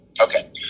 Okay